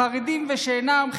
חרדים ושאינם,